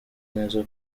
neza